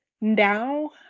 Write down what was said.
now